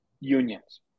unions